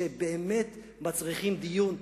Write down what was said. שבאמת מצריכים דיון.